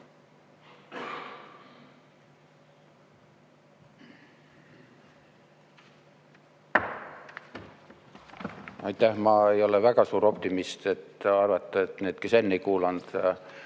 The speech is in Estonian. Ma ei ole väga suur optimist, et arvata, et need, kes enne ei kuulanud,